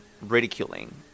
ridiculing